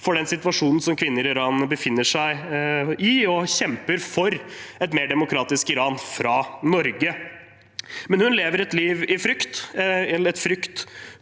for den situasjonen som kvinner i Iran befinner seg i, og kjemper for et mer demokratisk Iran fra Norge. Men hun lever et liv i frykt,